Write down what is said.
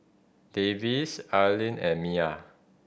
Davis Arlyn and Miya